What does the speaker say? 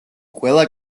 ყველა